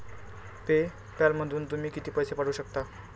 पे पॅलमधून तुम्ही किती पैसे पाठवू शकता?